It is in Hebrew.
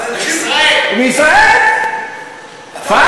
השאלה הבסיסית שאותה ניסיתי להבין,